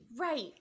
Right